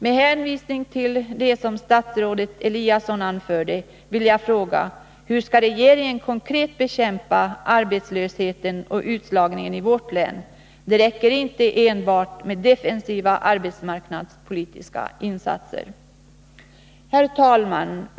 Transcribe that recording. Med hänvisning till det som statsrådet Eliasson anförde vill jag fråga: Hur skall regeringen konkret bekämpa arbetslösheten och utslagningen i vårt län? Det räcker inte med enbart defensiva arbetsmarknadspolitiska insatser. Herr talman!